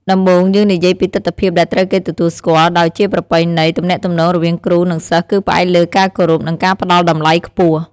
ដំបូងយើងនិយាយពីទិដ្ឋភាពដែលត្រូវគេទទួលស្គាល់ ដោយជាប្រពៃណី ទំនាក់ទំនងរវាងគ្រូ និងសិស្សគឺផ្អែកលើការគោរព និងការផ្តល់តម្លៃខ្ពស់។